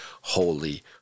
Holy